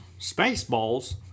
Spaceballs